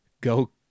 go